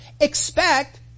expect